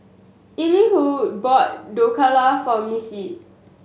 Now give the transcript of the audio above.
Elihu bought Dhokla for Missy